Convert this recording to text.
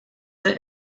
der